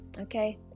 Okay